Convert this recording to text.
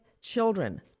children